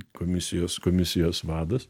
komisijos komisijos vadas